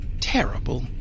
terrible